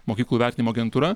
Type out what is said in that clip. mokyklų vertinimo agentūra